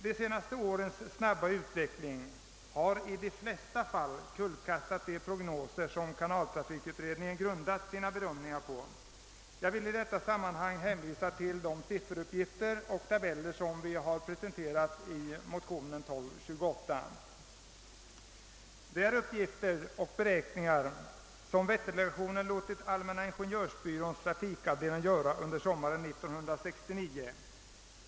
De senaste årens snabba utveckling har i de flesta fall kullkastat de prognoser som kanaltrafikutredningen grundat sina bedömningar på. Jag vill i detta sammanhang hänvisa till de sifferuppgifter och tabeller som vi presenterat i motion II: 1228. Det är uppgifter och beräkningar som Vätterdelegationen låtit Allmänna ingenjörsbyråns trafikavdelning göra under sommaren 1969.